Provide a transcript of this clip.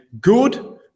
good